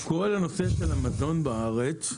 כל הנושא של המזון בארץ,